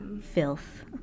filth